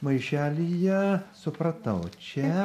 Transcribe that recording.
maišelyje supratau čia